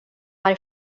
arg